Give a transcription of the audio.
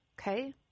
Okay